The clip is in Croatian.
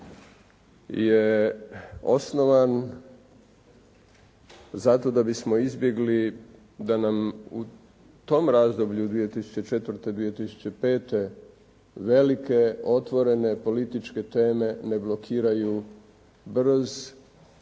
je osnovan zato da bismo izbjegli da nam u tom razdoblju 2004., 2005. velike otvorene političke teme ne blokiraju brz